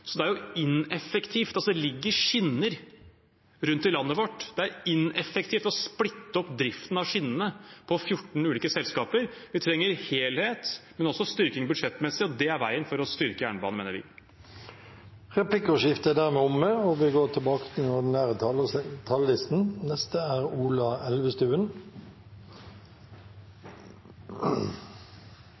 Det ligger skinner rundt i landet vårt, og det er ineffektivt å splitte opp driften av skinnene på 14 ulike selskaper. Vi trenger helhet, men også styrking budsjettmessig. Det er veien for å styrke jernbanen, mener vi. Replikkordskiftet er omme. Det har virkelig vært en stor satsing på kollektivtransport de siste åtte årene, eller egentlig på samferdsel. Jeg pleier å si at er